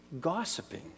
gossiping